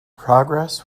progress